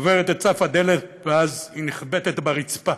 עוברת את סף הדלת, ואז היא נחבטת ברצפה.